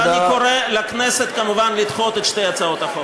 ואני קורא לכנסת, כמובן, לדחות את שתי הצעות החוק.